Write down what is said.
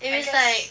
if it's like